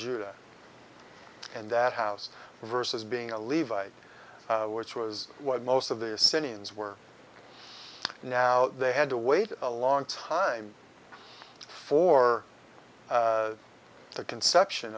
judah and that house versus being a levi which was what most of their sins were now they had to wait a long time for the conception